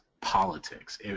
politics